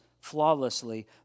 flawlessly